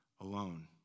alone